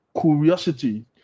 curiosity